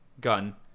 gun